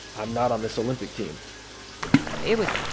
i'm not on this olympic team it was,